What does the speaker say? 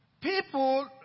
People